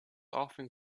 often